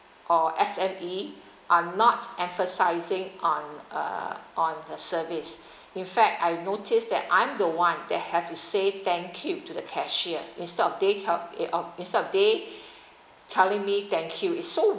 or S_M_E are not emphasizing on uh on the service in fact I noticed that I'm the one they have to say thank you to the cashier instead of they tell eh oh instead of they telling me thank you it's so